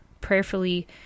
prayerfully